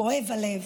כואב הלב.